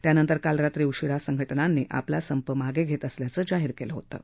त्यानंतर काल रात्री उशीरा संघटनांनी आपला संप मागे घेत असल्याचं जाहीर केलं होतं